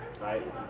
right